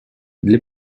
для